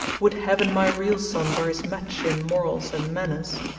would heaven my real son were his match in morals and manners.